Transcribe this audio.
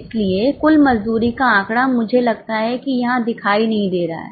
इसलिए कुल मजदूरी का आंकड़ा मुझे लगता है कि यहाँ दिखाई नहीं दे रहा है